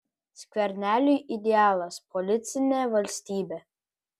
skverneliui idealas policinė valstybė